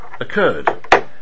occurred